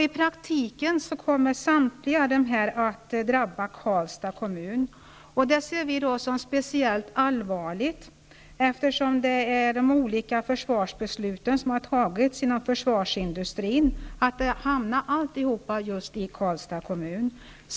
I praktiken kommer samtliga besparingar att drabba Karlstad, och det ser vi som speciellt allvarligt, eftersom de olika försvarsbeslut som har tagits beträffande försvarsindustrin innebär att alltihopa hamnar just i Karlstads kommun.